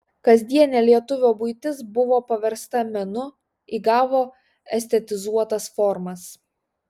kasdienė lietuvio buitis buvo paversta menu įgavo estetizuotas formas